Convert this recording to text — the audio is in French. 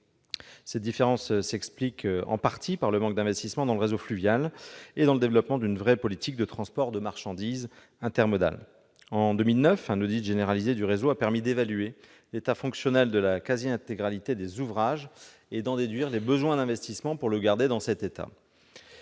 Cette différence s'explique, en partie, par le manque d'investissement dans le réseau fluvial et par l'absence de développement d'une vraie politique de transport de marchandises intermodale. En 2009, un audit généralisé du réseau a permis d'évaluer l'état fonctionnel de la quasi-intégralité des ouvrages et d'en déduire les besoins d'investissement pour le garder tel qu'il